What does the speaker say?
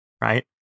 right